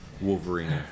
Wolverine